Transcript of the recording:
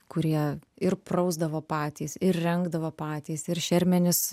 kurie ir prausdavo patys ir rengdavo patys ir šermenis